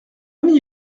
n’y